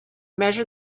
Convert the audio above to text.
measure